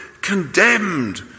condemned